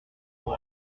broc